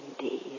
indeed